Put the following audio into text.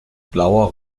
blauer